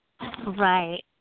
Right